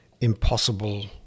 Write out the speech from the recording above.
impossible